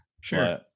Sure